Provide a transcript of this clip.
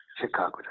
Chicago